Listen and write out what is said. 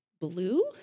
blue